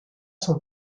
son